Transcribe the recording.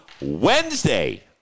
wednesday